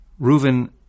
Reuven